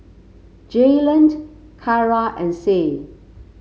Jaylen Kyara and Sie